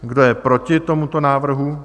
Kdo je proti tomuto návrhu?